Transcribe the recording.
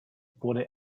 wurde